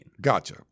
Gotcha